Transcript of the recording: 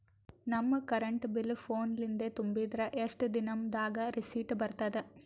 ನಮ್ current bill ಫೋನ ಲಿಂದೇ ತುಂಬಿದ್ರ, ಎಷ್ಟ ದಿ ನಮ್ ದಾಗ ರಿಸಿಟ ಬರತದ?